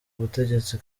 butegetsi